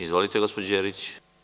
Izvolite gospođo Đerić.